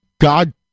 God